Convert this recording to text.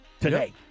today